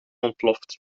ontploft